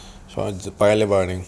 shop is at paya lebar I think